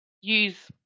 use